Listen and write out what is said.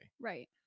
Right